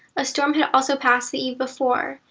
a storm had also passed the eve before,